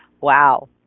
Wow